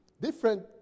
different